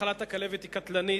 מחלת הכלבת היא מחלה קטלנית,